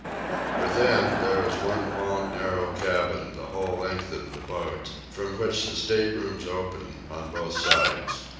within, there is one long narrow cabin, the whole length of the boat from which the state-rooms open, on both sides.